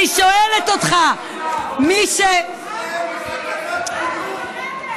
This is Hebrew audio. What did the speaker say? אני שואלת אותך, מדינת ישראל בסכנת קיום.